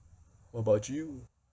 what about you